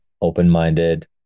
open-minded